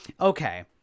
Okay